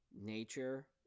nature